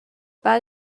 بعد